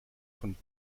von